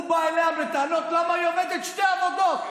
הוא בא אליה בטענות למה היא עובדת בשתי עבודות,